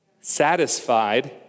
satisfied